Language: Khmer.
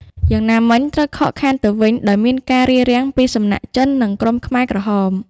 យ៉ាងណាមិញ ត្រូវខកខានទៅវិញដោយ មានការរារាំងពីសំណាក់ចិន និងក្រុមខ្មែរក្រហម។